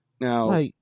Now